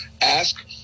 ask